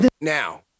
Now